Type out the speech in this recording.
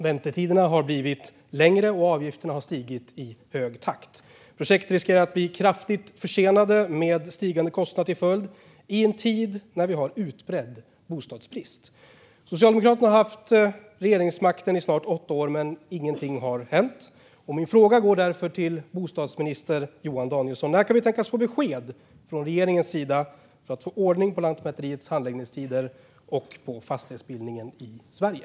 Väntetiderna har blivit längre, och avgifterna har stigit i hög takt. Projekt riskerar att bli kraftigt försenade med stigande kostnader till följd i en tid när vi har utbredd bostadsbrist. Socialdemokraterna har haft regeringsmakten i snart åtta år, men ingenting har hänt. Min fråga går därför till bostadsminister Johan Danielsson. När kan vi tänkas få besked från regeringen för att få ordning på Lantmäteriets handläggningstider och på fastighetsbildningen i Sverige?